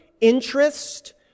interest